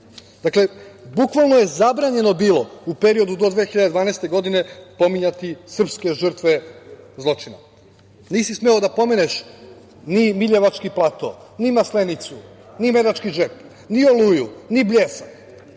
Srbima. Dakle, bukvalno je zabranjeno bilo u periodu do 2012. godine pominjati srpske žrtve zločina. Nisi smeo da pomeneš ni Miljevački plato, ni Maslenicu, ni Medački džep, ni Oluju, ni Bljesak,